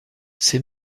ses